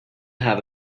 have